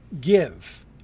give